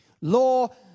Law